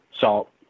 salt